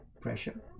pressure